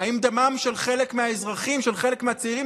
אז מה קרה?